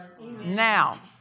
Now